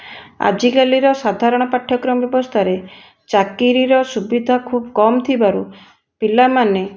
ଆଜିକାଲିର ସାଧାରଣ ପାଠ୍ୟକ୍ରମ ବ୍ୟବସ୍ଥାରେ ଚାକିରିର ସୁବିଧା ଖୁବ୍ କମ୍ ଥିବାରୁ ପିଲାମାନେ